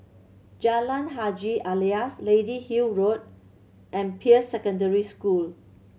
Jalan Haji Alias Lady Hill Road and Peirce Secondary School